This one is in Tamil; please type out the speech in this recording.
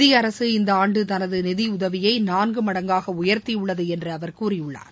இந்திய அரசு இந்த ஆண்டு தனது நிதியுதவியை நான்கு மடங்காக உயர்த்தியுள்ளது என்று அவர் கூறியுள்ளார்